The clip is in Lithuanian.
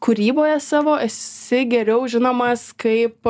kūryboje savo esi geriau žinomas kaip